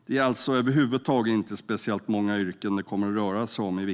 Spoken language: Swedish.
Det är alltså över huvud taget inte speciellt många yrken som det kommer att röra sig om.